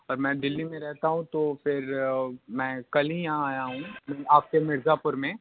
और मैं दिल्ली में रहता हूँ तो फिर मैं कल ही यहाँ आया हूँ आपके मिर्ज़ापुर में